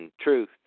truth